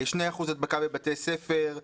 על 2% הדבקה בבתי ספר,